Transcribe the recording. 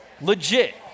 legit